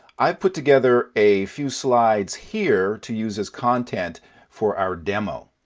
i've put together a few slides, here, to use as content for our demo.